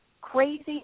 crazy